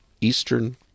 Eastern